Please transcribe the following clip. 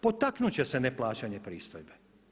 Potaknut će se neplaćanje pristojbe.